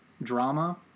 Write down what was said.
drama